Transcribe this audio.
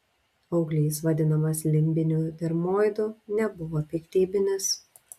auglys vadinamas limbiniu dermoidu nebuvo piktybinis